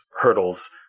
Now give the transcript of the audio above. hurdles